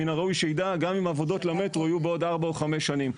מין הראוי שידע גם אם עבודות המטרו יהיו עוד ארבע או חמש שנים.